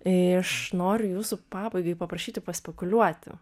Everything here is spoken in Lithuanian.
aš noriu jūsų pabaigai paprašyti paspekuliuoti